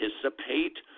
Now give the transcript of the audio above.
participate